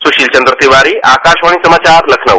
सुशील चंद्र तिवारी आकाशवाणी समाचार लखनऊ